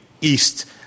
east